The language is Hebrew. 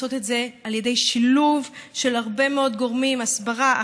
ואנחנו צריכים לעשות את זה על ידי שילוב של הרבה מאוד גורמים: הסברה,